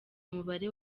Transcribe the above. umubare